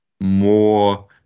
more